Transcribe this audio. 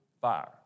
fire